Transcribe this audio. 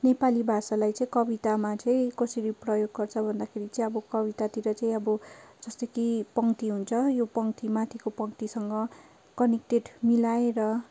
नेपाली भाषालाई चाहिँ कवितामा चाहिँ कसरी प्रयोग गर्छ भन्दाखेरि चाहिँ अब कवितातिर चाहिँ अब जस्तै कि पङ्क्ति हुन्छ यो पङ्क्ति माथिको पङ्क्तिसँग कनेक्टेड मिलाएर